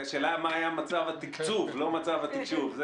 השאלה היא מה היה מצב התקצוב, לא מצב התקשוב.